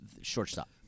shortstop